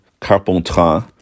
Carpentras